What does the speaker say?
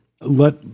let